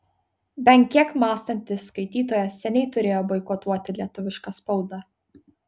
bent kiek mąstantis skaitytojas seniai turėjo boikotuoti lietuvišką spaudą